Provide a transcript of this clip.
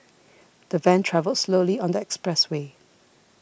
the van travelled slowly on the expressway